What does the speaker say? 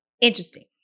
Interesting